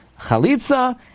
chalitza